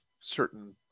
certain